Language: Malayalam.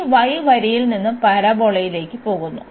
ഈ y വരിയിൽ നിന്ന് പരാബോളയിലേക്ക് പോകുന്നു